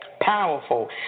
Powerful